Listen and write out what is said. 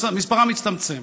מספרם הצטמצם.